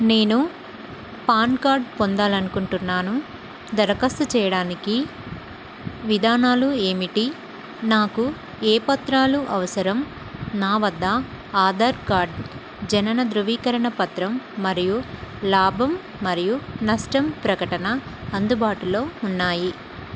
నేను PAN card పొందాలనుకుంటున్నాను దరఖాస్తు చేయడానికి విధానాలు ఏమిటి నాకు ఏ పత్రాలు అవసరం నా వద్ద ఆధార్ కార్డ్ జనన ధృవీకరణ పత్రం మరియు లాభం మరియు నష్టం ప్రకటన అందుబాటులో ఉన్నాయి